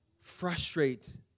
frustrate